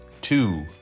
two